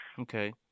Okay